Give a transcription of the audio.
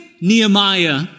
Nehemiah